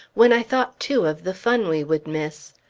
when i thought, too, of the fun we would miss.